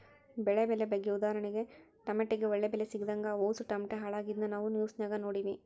ಬೆಳೆ ಬೆಲೆ ಬಗ್ಗೆ ಉದಾಹರಣೆಗೆ ಟಮಟೆಗೆ ಒಳ್ಳೆ ಬೆಲೆ ಸಿಗದಂಗ ಅವುಸು ಟಮಟೆ ಹಾಳಾಗಿದ್ನ ನಾವು ನ್ಯೂಸ್ನಾಗ ನೋಡಿವಿ